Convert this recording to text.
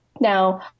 Now